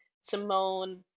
Simone